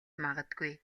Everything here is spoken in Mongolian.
магадгүй